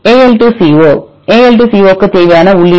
AL2CO AL2CO க்கு தேவையான உள்ளீடு என்ன